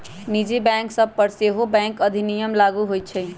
निजी बैंक सभ पर सेहो बैंक अधिनियम लागू होइ छइ